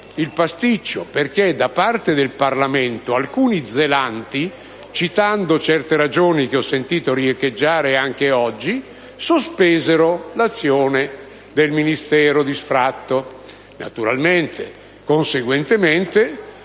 il pasticcio, perché, da parte del Parlamento, alcuni zelanti, citando certe ragioni che ho sentito riecheggiare anche oggi, sospesero l'azione di sfratto